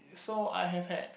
so I have had